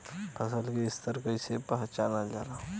फसल के स्तर के कइसी पहचानल जाला